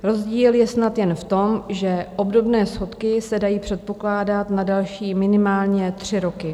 Rozdíl je snad jen v tom, že obdobné schodky se dají předpokládat na další minimálně tři roky.